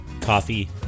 coffee